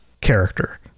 character